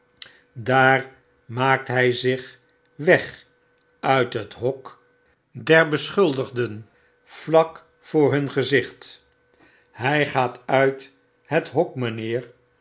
daar maakt hy zich weg uit het hok der beschuldigden vlak voor hun gezicht hy gaat uit het hok mynheer